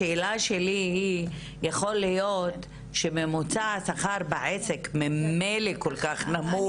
השאלה שלי היא: יכול להיות שממוצע השכר בעסק ממילא כל כך נמוך,